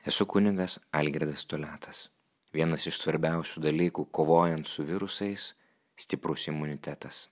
esu kunigas algirdas toliatas vienas iš svarbiausių dalykų kovojant su virusais stiprus imunitetas